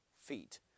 feet